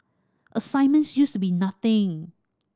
assignments used to be nothing